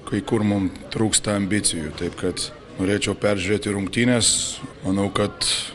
kai kur mum trūksta ambicijų taip kad norėčiau peržiūrėti rungtynes manau kad